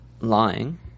lying